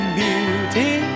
beauty